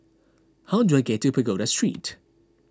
how do I get to Pagoda Street